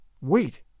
wait